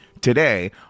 today